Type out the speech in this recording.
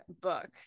book